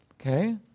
Okay